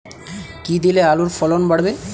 কী দিলে আলুর ফলন বাড়বে?